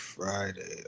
Friday